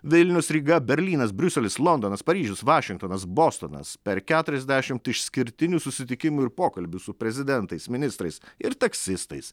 vilnius ryga berlynas briuselis londonas paryžius vašingtonas bostonas per keturiasdešimt išskirtinių susitikimų ir pokalbių su prezidentais ministrais ir taksistais